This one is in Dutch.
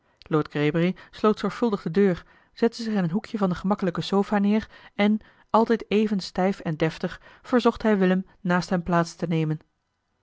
roda zorgvuldig de deur zette zich in een hoekje van de gemakkelijke sofa neer en altijd even stijf en deftig verzocht hij willem naast hem plaats te nemen